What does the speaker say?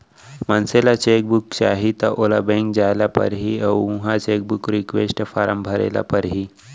मनसे ल cheque book चाही त ओला बेंक जाय ल परही अउ उहॉं चेकबूक रिक्वेस्ट फारम भरे ल परही